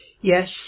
Yes